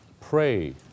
pray